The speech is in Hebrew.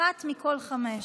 אחת מכל חמש.